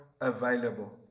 available